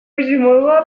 bizimodua